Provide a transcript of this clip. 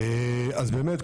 אז באמת,